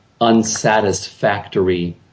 unsatisfactory